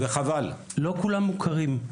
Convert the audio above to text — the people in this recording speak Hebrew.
מי שמוכר,